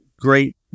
great